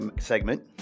segment